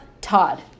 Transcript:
Todd